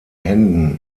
händen